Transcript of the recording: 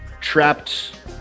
trapped